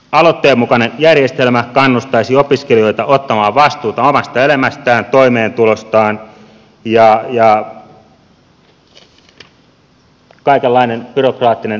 aloitteen mukainen järjestelmä kannustaisi opiskelijoita ottamaan vastuuta omasta elämästään toimeentulostaan ja kaikenlainen byrokraattinen puuhastelu loppuisi